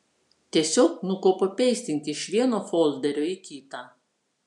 tiesiog nukopipeistink iš vieno folderio į kitą